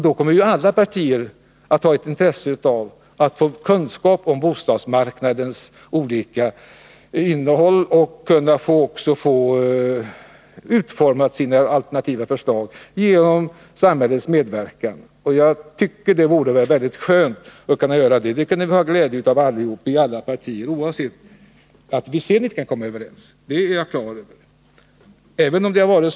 Då kommer alla partierna att ha intresse av att få kunskap om bostadsmarknadens innehåll, och partierna kommer att kunna få sina alternativa förslag utformade genom samhällets medverkan. Jag tycker att det vore väldigt skönt om vi kunde få göra det. Det skulle vi ha glädje av i alla partier. Detta gäller oavsett om vi sedan kan komma överens eller inte. Att det kan bli så att vi inte alltid blir överens är jag på det klara med.